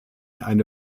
eine